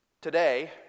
Today